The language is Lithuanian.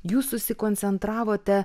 jūs susikoncentravote